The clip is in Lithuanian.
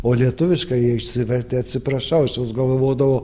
o lietuviškai jie išsivertę atsiprašau aš vis galvodavau